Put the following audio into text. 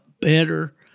better